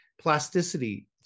Plasticity